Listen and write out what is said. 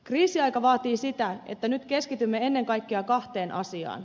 kriisiaika vaatii sitä että nyt keskitymme ennen kaikkea kahteen asiaan